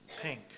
pink